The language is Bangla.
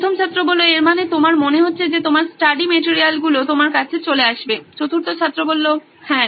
প্রথম ছাত্র এর মানে তোমার মনে হচ্ছে যে তোমার স্টাডি মেটেরিয়াল গুলো তোমার কাছে চলে আসবে চতুর্থ ছাত্র হ্যাঁ